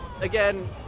again